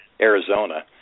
Arizona